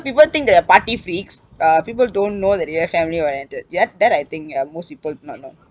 people think that you are party freaks uh people don't know that you are family oriented ya that I think ya most people not know